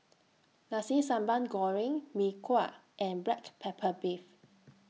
Nasi Sambal Goreng Mee Kuah and Black Pepper Beef